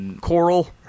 Coral